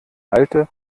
alte